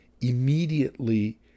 immediately